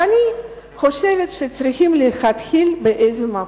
ואני חושבת שצריכים להתחיל באיזה מקום.